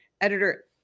editor